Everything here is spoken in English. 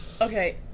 Okay